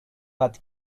but